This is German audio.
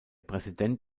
präsident